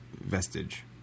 Vestige